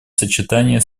сочетании